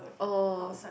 oh